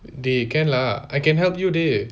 dey can lah I can help you dey